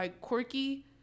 quirky